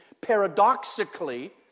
paradoxically